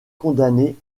condamnée